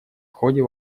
ходе